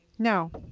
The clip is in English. now